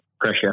pressure